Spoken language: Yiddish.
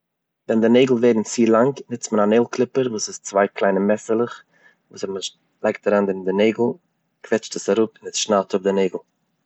ווען די נעגל ווערן צו לאנג ניצט מען א נעיל קליפער וואס איז צוויי קליינע מעסערלעך, וואס ווען מען לייגט אריין דערין די נעגל, קוועטשט עס אראפ און שנייד אפ די נעגל.